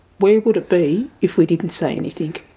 where would it be if we didn't say anything,